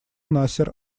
насер